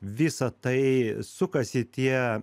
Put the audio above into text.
visa tai sukasi tie